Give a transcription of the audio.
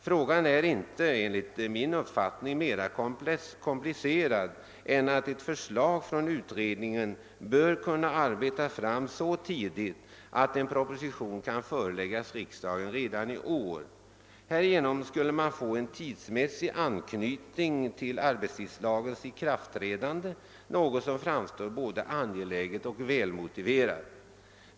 Frågan är enligt min uppfattning inte mera komplicerad än att ett förslag från utredningen bör kunna vara klart så tidigt att en proposition kan föreläggas riksdagen redan i år. Härigenom skulle man få en tidsmässig anknytning till arbetstidslagens ikraftträdande, något som framstår som både angeläget och väl motiverat.